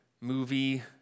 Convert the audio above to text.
movie